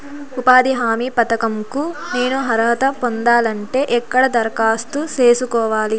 ఉపాధి హామీ పథకం కు నేను అర్హత పొందాలంటే ఎక్కడ దరఖాస్తు సేసుకోవాలి?